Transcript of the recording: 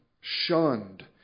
shunned